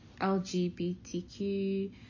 LGBTQ